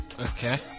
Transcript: Okay